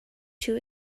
too